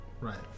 Right